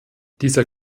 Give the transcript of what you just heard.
dieser